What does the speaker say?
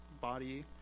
body